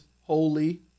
holy